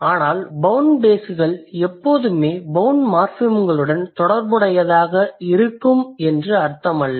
ஆனால் bound base கள் எப்போதுமே பௌண்ட் மார்ஃபிம்களுடன் தொடர்புடையதாக இருக்கும் என்று அர்த்தமல்ல